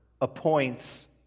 appoints